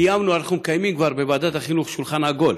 קיימנו ואנחנו כבר מקיימים בוועדת החינוך שולחן עגול,